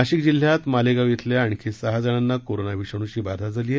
नाशिक जिल्ह्यातल्या मालेगाव खिल्या आणखी सहा जणांना कोरोना विषाणुची बाधा झाली आहे